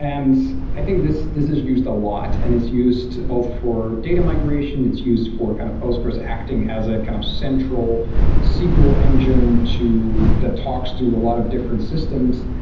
and i think this this is used a lot and it's used both for data migration. it's used for kind of postgres acting as a kind of central sql engine that talks to a lot of different systems.